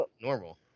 normal